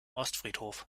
ostfriedhof